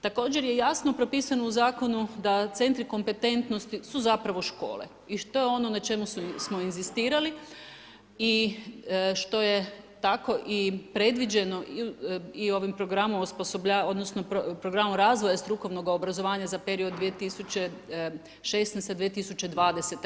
Također je jasno propisano u zakonu da centri kompetentnosti su zapravo škole i to je ono na čemu smo inzistirali i što je tako predviđeno i ovim programom, programom razvoja strukovnog obrazovanja za period 2016.-2020.